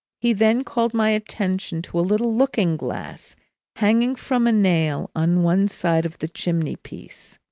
he then called my attention to a little looking-glass hanging from a nail on one side of the chimney-piece.